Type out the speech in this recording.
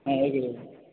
ah okay sir